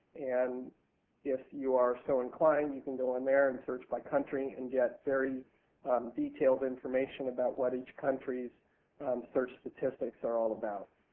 and if you are so inclined, you can go on there and search by country and get very detailed information about what each countryis search statistics are all about.